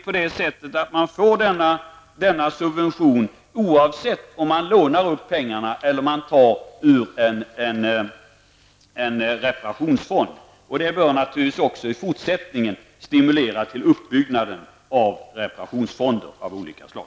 I stället får man denna subvention oavsett om man lånar upp pengarna eller om man tar dem ur en reparationsfond. Det bör naturligtvis även i fortsättningen stimulera till uppbyggnaden av reparationsfonder av olika slag.